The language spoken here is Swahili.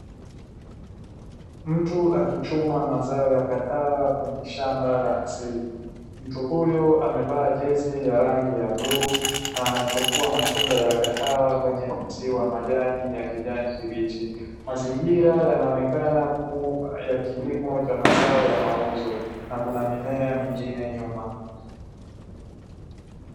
Mtu akichuma mazao ya kahawa kwenye shamba la asili, mtu huyo amevaa jezi ya rangi ya bluu na anachukua matunda ya kahawa kwenye mti wa majani ya kijani kibichi, mazingira yanaonekana kuwa ya kilimo cha mazao ya mauzo na kuna mimea mingine nyuma.